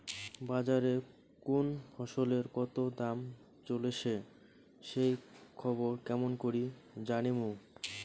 বাজারে কুন ফসলের কতো দাম চলেসে সেই খবর কেমন করি জানীমু?